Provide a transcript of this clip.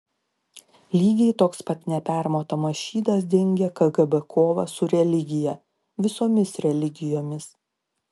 lygiai toks pat nepermatomas šydas dengia kgb kovą su religija visomis religijomis